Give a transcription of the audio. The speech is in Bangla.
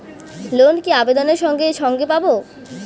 লোন কি আবেদনের সঙ্গে সঙ্গে পাব?